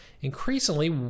Increasingly